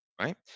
right